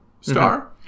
star